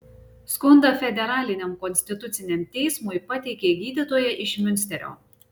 skundą federaliniam konstituciniam teismui pateikė gydytoja iš miunsterio